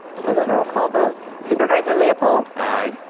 i'll do the roll call vote. supervisor leopold. aye.